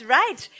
right